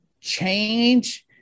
change